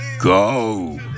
go